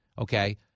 Okay